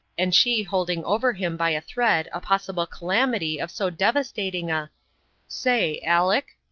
and she holding over him by a thread a possible calamity of so devastating a say aleck?